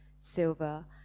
silver